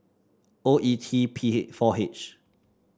O E T P four H